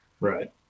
Right